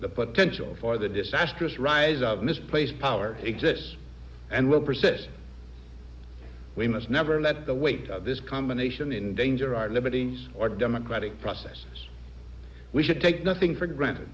the potential for the disastrous rise of misplaced power exists and will persist we must never let the weight of this combination in danger our liberties or democratic process we should take nothing for granted